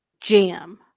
Jam